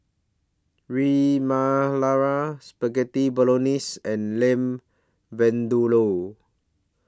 Ras Malai Spaghetti Bolognese and Lamb Vindaloo